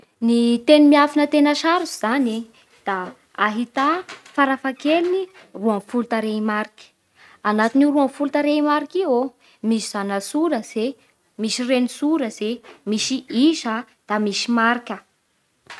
Ny teny miafina tena sarotsy zany e da ahita farafahakeliny roa ambinifolo tarehy mariky. Anatin'io roa ambinifolo tarehimariky io ô misy zanatsoratsy, misy renitsiratsy e, misy isa da misy marika